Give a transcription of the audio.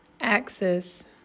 access